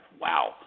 Wow